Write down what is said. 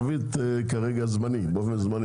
אבל כרגע אני מעביר באופן זמני